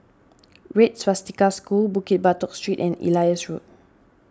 Red Swastika School Bukit Batok Street and Ellis Road